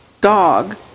dog